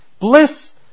bliss